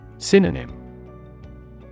Synonym